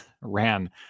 ran